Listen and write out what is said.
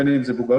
בין אם זה מבוגרים,